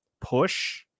push